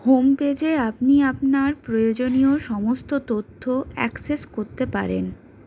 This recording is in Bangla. হোম পেজে আপনি আপনার প্রয়োজনীয় সমস্ত তথ্য অ্যাক্সেস করতে পারেন